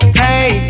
hey